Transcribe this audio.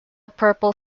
purple